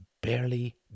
barely